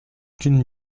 qu’une